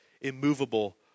immovable